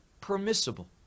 permissible